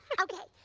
okay,